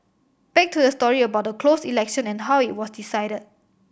back to the story about the closed election and how it was decided